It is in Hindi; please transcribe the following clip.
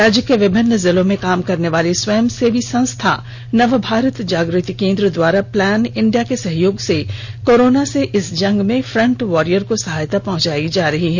राज्य को विभिन्न जिलों में काम करने वाली स्वयंसेवी संस्था नव भारत जागृति केंद्र द्वारा प्लान इंडिया के सहयोग से कोरोना से इस जंग में फ़ंट वारियर को सहायता पहंचायी जा रही है